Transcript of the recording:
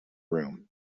room